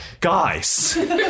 Guys